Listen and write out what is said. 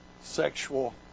sexual